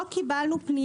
לא קיבלנו.